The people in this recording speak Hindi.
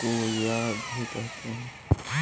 कूया भी कहते हैं